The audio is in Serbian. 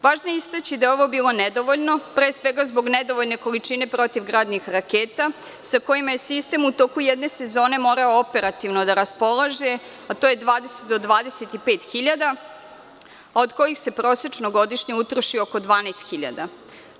Važno je istaći da je ovo bilo nedovoljno, pre svega zbog nedovoljne količine protivgradnih raketa, sa kojima je sistem u toku jedne sezone morao operativno da raspolaže, a to je 20 do 25.000, od kojih se prosečno godišnje utroši oko 12.000.